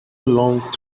long